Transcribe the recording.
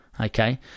okay